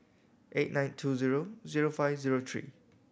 eight nine two zero zero five zero three